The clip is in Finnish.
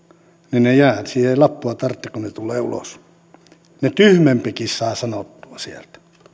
niin ne jäävät siihen ei lappua tarvita kun ne tulevat ulos ne tyhmempikin saa sanottua sieltä